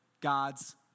God's